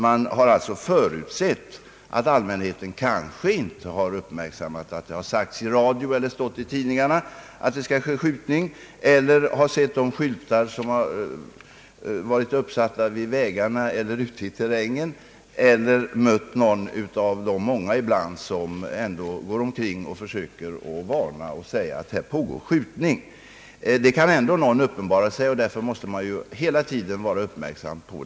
Man har alltså förutsett att allmänheten kanske inte har uppmärksammat, att det har meddelats i radio eller press att skjutningar skall äga rum, eller inte sett de skyltar som varit uppsatta vid vägar eller ute i terrängen eller inte mött någon av de många personer som ibland går omkring och försöker varna för pågående skjutningar. Trots alla dessa åtgärder kan ändå någon uppenbara sig inom det avlysta området, och det måste man hela tiden vara uppmärksam på.